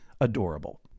adorable